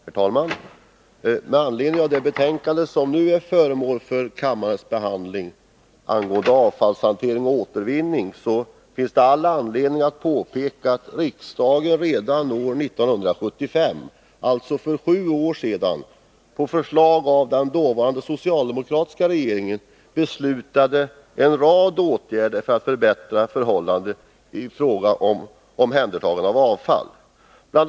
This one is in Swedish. Herr talman! Med anledning av det betänkande angående avfallshantering och återvinning som nu är föremål för kammarens behandling finns det anledning påpeka att riksdagen redan år 1975, alltså för sju år sedan, på förslag av den dåvarande socialdemokratiska regeringen beslutade en rad åtgärder för att förbättra förhållandena i fråga om omhändertagande av avfall. Bl.